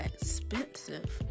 expensive